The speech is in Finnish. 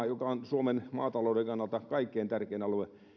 joka on suomen maatalouden kannalta kaikkein tärkein alue